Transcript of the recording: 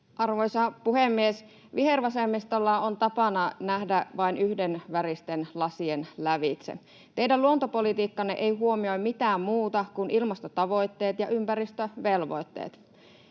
Arvoisa puhemies! Vihervasemmistolla on tapana nähdä vain yhdenväristen lasien lävitse. Teidän luontopolitiikkanne ei huomioi mitään muuta kuin ilmastotavoitteet ja ympäristövelvoitteet.